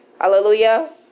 Hallelujah